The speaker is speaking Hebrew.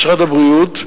משרד הבריאות,